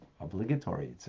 obligatory